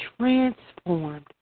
transformed